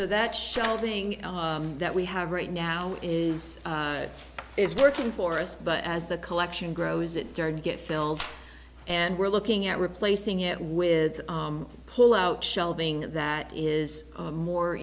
that shelving that we have right now is is working for us but as the collection grows it's hard to get filled and we're looking at replacing it with pull out shelving that is more